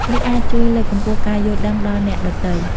នេះអាចជួយលើកកម្ពស់ការយល់ដឹងដល់អ្នកដទៃ។